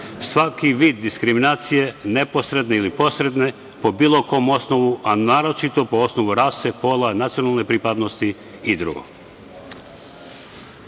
svaki vid diskriminacije, neposredne ili posredne, po bilo kom osnovu, a naročito po osnovu rase, pola, nacionalne pripadnosti i drugo. Član